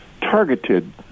targeted